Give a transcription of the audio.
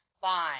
fine